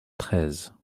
treize